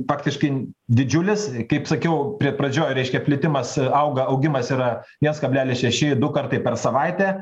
faktiškai didžiulis kaip sakiau prie pradžioj reiškia plitimas auga augimas yra viens kablelis šeši du kartai per savaitę